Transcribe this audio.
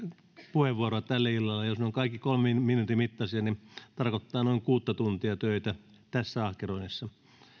puheenvuoroa tälle illalle jos ne ovat kaikki kolmen minuutin mittaisia se tarkoittaa noin kuutta tuntia töitä tässä ahkeroinnissa